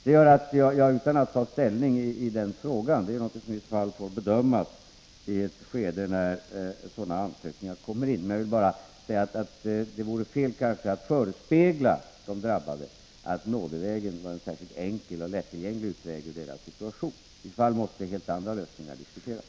Det gör att jag, utan att ta ställning i den frågan — det är något som får bedömas i ett skede när sådana ansökningar kommer in —, vill säga att det kanske vore fel att förespegla de drabbade att nådeinstitutet vore en särskilt enkel och lättillgänglig väg ut ur deras situation. I första hand måste eventuella andra lösningar diskuteras.